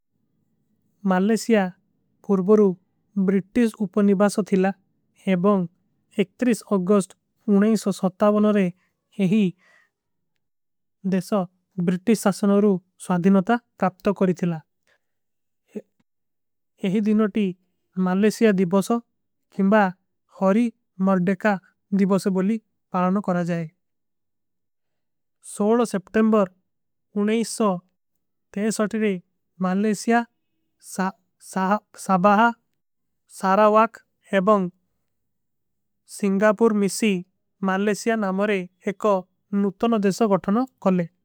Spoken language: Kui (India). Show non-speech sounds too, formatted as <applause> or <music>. ମାଲେସିଯା କୁର୍ବରୂ ବ୍ରିଟିଜ ଉପନିବାସ ଥିଲା ଏବଂଗ ଅଗୌସ୍ଟ ରେ। ଯହୀ ଦେଶ ବ୍ରିଟିଜ ସାସନୋରୂ ସ୍ଵାଧିନତା କାପ୍ତ କରୀ ଥିଲା। <hesitation> ଯହୀ ଦିନୋଟୀ ମାଲେସିଯା ଦିବୋସୋ କିମବା। ହରୀ ମର୍ଡେକା ଦିବୋସେ ବୋଲୀ ପାଲାନୋ କରା ଜାଏ ସୋଲୋ ସେପ୍ଟେଂବର। ମାଲେସିଯା <hesitation> ସାଭାହ ସାରାଵାକ ଏବଂଗ। ସିଂଗାପୂର ମିସୀ ମାଲେସିଯା ନାମରେ ଏକୋ ନୁତନୋ ଦେଶ ଗଟନୋ କଲେ।